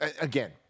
Again